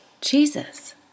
Jesus